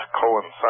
coincide